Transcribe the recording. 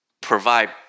provide